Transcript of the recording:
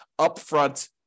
upfront